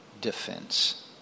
defense